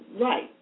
Right